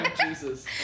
Jesus